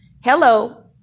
Hello